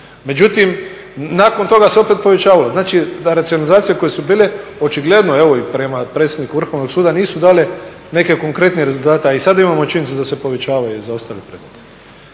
međutim nakon toga se opet povećavalo. Znači da racionalizacije koje su bile očigledno evo i prema predsjedniku Vrhovnog suda nisu dale neke konkretne rezultate, a i sada imamo činjenicu da se povećavaju zaostali predmeti.